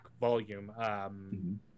volume